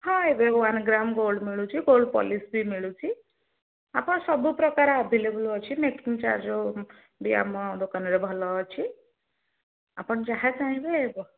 ହଁ ଏବେ one gram gold ମିଳୁଛିି ଗୋଲ୍ଡ ପଲିସ୍ ବି ମିଳୁଛିି ଆପଣ ସବୁପ୍ରକାର ଆଭେଲେବୁଲ୍ ଅଛି ମେକିଂ ଚାର୍ଜ ବି ଆମ ଦୋକାନରେ ଭଲ ଅଛି ଆପଣ ଯାହା ଚାହିଁବେ